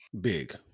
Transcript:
big